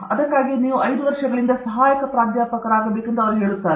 ಅದಕ್ಕಾಗಿಯೇ ನೀವು 5 ವರ್ಷಗಳಿಂದ ಸಹಾಯಕ ಪ್ರೊಫೆಸರ್ ಆಗಿರುವ ಸಹಾಯಕ ಪ್ರಾಧ್ಯಾಪಕರಾಗಲು ಅವರು ಹೇಳುತ್ತಾರೆ